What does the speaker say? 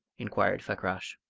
inquired fakrash.